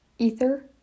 Ether